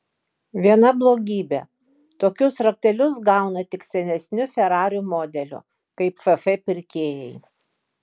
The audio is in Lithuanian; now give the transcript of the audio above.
viena blogybė tokius raktelius gauna tik senesnių ferarių modelių kaip ff pirkėjai